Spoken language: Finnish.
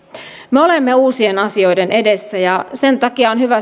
me olemme uusien asioiden edessä ja sen takia on hyvä